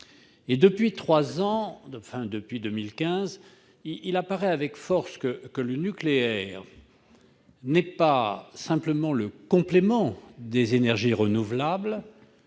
Depuis trois ans, depuis 2015, il apparaît avec force que le nucléaire n'est pas simplement le complément des énergies renouvelables-